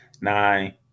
nine